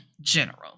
General